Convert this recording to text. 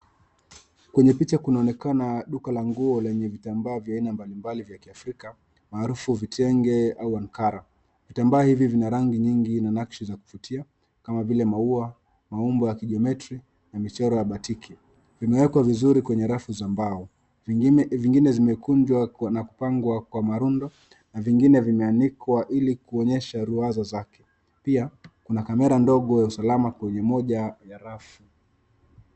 Kwenye picha kunaonekana duka la nguo enye vitambaa mbalimbali vya kiafrika maarufu vitenge au ankara. Vitambaa hivi vina rangi nyingi na nakshi za kuvutia kama vile maua, maumbo ya kigeometry na michoro ya batiki. Vimewekwa vizuri kwenye rafu za mbao vingine zimekunjwa na kupangwa kwa marundo na vingine vimeanikwa ili kuonyesha ruwaza zake, pia kuna alama ndogo ya usalama moja ya rafu.